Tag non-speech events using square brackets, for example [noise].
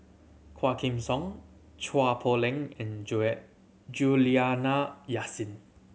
Quah Kim Song Chua Poh Leng and [unintelligible] Juliana Yasin